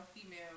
female